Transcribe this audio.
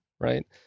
right